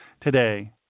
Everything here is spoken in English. today